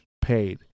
paid